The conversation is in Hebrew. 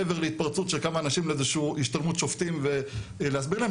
מעבר להתפרצות של כמה אנשים לאיזושהי השתלמות שופטים ולהסביר להם,